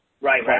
right